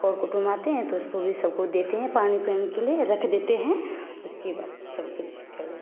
और कुटुंभ आते हैं तो उसको भी सब को देते हैं पानी पीने के लिए रख देते हैं उसके बाद सब कुछ कर देते हैं